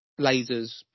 lasers